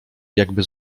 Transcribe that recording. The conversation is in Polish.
jakby